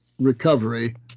recovery